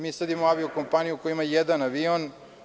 Mi sada imamo avio kompaniju koja ima jedan avion.